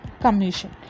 Commission